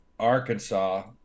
Arkansas